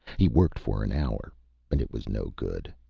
he worked for an hour and it was no good.